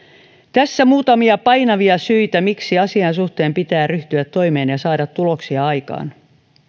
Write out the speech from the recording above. tässä muutamia painavia syitä miksi asian suhteen pitää ryhtyä toimeen ja saada tuloksia aikaan